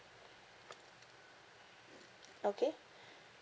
okay